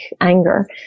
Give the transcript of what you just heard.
anger